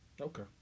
Okay